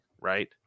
right